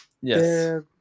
Yes